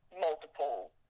multiple